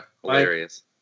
hilarious